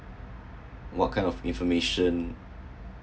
what kind of information